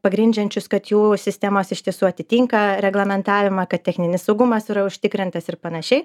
pagrindžiančius kad jų sistemos iš tiesų atitinka reglamentavimą kad techninis saugumas yra užtikrintas ir panašiai